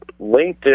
LinkedIn